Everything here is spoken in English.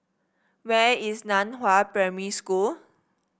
where is Nan Hua Primary School